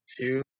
two